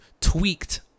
tweaked